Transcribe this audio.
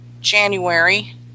January